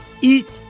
eat